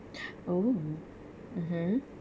oh mmhmm